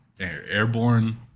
airborne